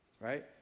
right